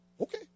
okay